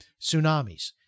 tsunamis